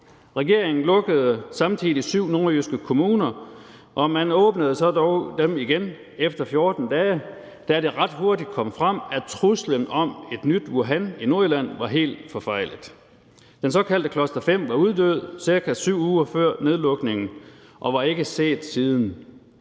Regeringen lukkede samtidig syv nordjyske kommuner. De blev dog efterfølgende åbnet igen efter 14 dage, da det ret hurtigt kom frem, at vurderingen af truslen om et nyt Wuhan i Nordjylland var helt forfejlet. Den såkaldte cluster-5 var uddød ca. 7 uger før nedlukningen og var ikke set siden.